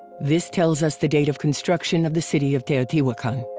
this tells us the date of construction of the city of teotihuacan.